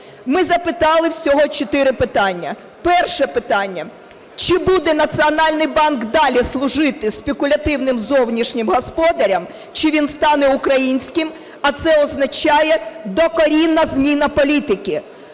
Ми запитали всього чотири питання. Перше питання. Чи буде Національний банк далі служити спекулятивним зовнішнім господарям, чи він стане українським? А це означає – докорінна зміна політики.